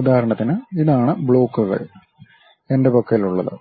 ഉദാഹരണത്തിന് ഇതാണ് ബ്ലോക്കുകൾ എന്റെ പക്കലുള്ളത്